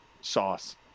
sauce